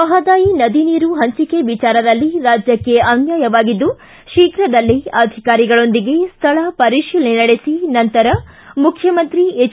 ಮಹದಾಯಿ ನದಿ ನೀರು ಪಂಚಿಕೆ ವಿಚಾರದಲ್ಲಿ ರಾಜ್ಯಕ್ಷೆ ಅನ್ವಾಯವಾಗಿದ್ದು ಶೀಘ್ರದಲ್ಲೇ ಅಧಿಕಾರಿಗಳೊಂದಿಗೆ ಸ್ವಳ ಪರಿಶೀಲನೆ ನಡೆಸಿ ನಂತರ ಮುಖ್ಯಮಂತ್ರಿ ಎಚ್